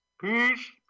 Peace